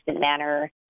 manner